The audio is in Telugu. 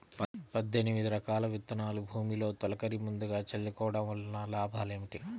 పద్దెనిమిది రకాల విత్తనాలు భూమిలో తొలకరి ముందుగా చల్లుకోవటం వలన లాభాలు ఏమిటి?